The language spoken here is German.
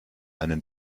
einen